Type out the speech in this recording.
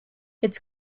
its